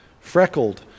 freckled